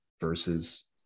versus